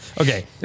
Okay